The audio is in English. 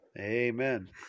amen